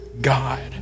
God